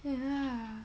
ya